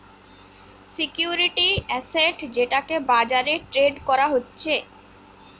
security asset যেটাকে বাজারে trade করা যাচ্ছে